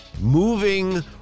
moving